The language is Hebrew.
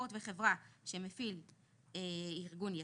ספורט וחברה שמפעיל ארגון יציג,